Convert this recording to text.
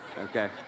Okay